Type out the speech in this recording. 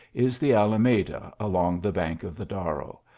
is the alameda along the bank of the darro,